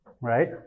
Right